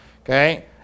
okay